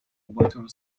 water